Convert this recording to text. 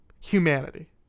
humanity